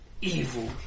evil